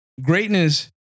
Greatness